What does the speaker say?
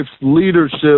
leadership